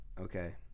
Okay